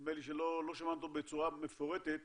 שנדמה לי שלא שמענו אותו בצורה מפורטת,